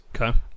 Okay